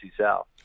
South